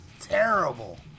terrible